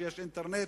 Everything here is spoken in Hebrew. שיש אינטרנט,